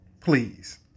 Please